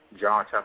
John